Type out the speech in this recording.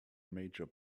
major